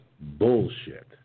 bullshit